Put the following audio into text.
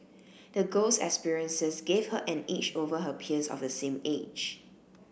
the girl's experiences gave her an edge over her peers of the same age